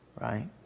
right